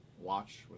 watch